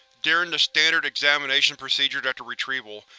during the standard examination procedures after retrieval,